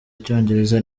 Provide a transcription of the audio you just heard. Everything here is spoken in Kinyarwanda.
icyongereza